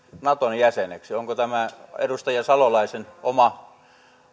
naton jäseneksi onko tämä edustaja salolaisen oma